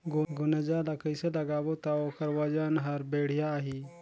गुनजा ला कइसे लगाबो ता ओकर वजन हर बेडिया आही?